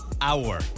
hour